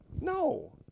No